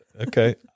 Okay